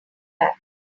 back